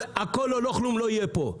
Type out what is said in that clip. אבל "הכול או לא כלום" לא יהיה פה.